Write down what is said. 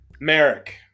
merrick